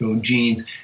genes